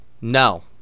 No